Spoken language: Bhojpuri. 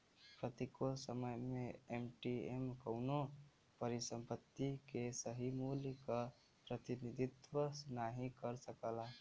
प्रतिकूल समय में एम.टी.एम कउनो परिसंपत्ति के सही मूल्य क प्रतिनिधित्व नाहीं कर सकला